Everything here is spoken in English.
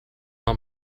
want